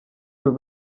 were